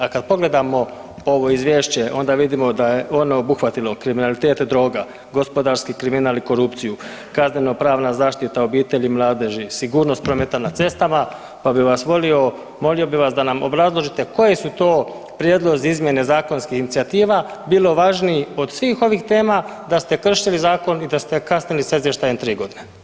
A kad pogledamo ovo izvješće onda vidimo da je ono obuhvatilo kriminalitet droga, gospodarski kriminal i korupciju, kazneno-pravna zaštita obitelji i mladeži, sigurnost prometa na cestama, pa bih vas molio, molio bih vas da nam obrazložite koji su to prijedlozi izmjene zakonskih inicijativa bilo važniji od svih ovih tema da ste kršili zakon i da ste kasnili sa izvještajem tri godine.